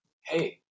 hey